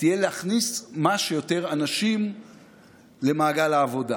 תהיה להכניס כמה שיותר אנשים למעגל העבודה.